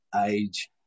age